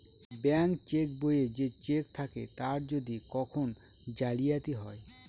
bank cheque বইয়ে যে cheque থাকে তার যদি কখন জালিয়াতি হয়